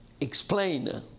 explain